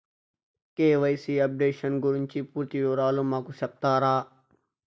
KYC updation గురించి పూర్తి వివరాలు మాకు సెప్తారా?